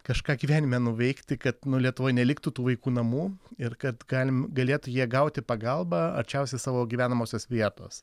kažką gyvenime nuveikti kad nu lietuvoj neliktų tų vaikų namų ir kad galim galėtų jie gauti pagalbą arčiausiai savo gyvenamosios vietos